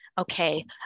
okay